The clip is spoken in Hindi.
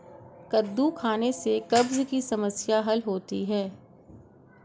कद्दू खाने से कब्ज़ की समस्याए हल होती है